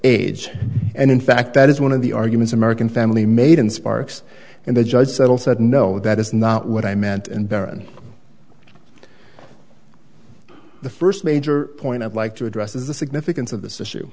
age and in fact that is one of the arguments american family made in sparks and they just settle said no that is not what i meant and barony the first major point i'd like to address is the significance of this issue